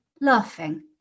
laughing